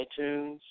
iTunes